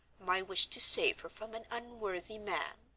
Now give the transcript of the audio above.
my wish to save her from an unworthy man.